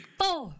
four